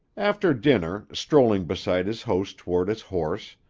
after dinner, strolling beside his host toward his horse,